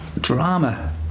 drama